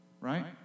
right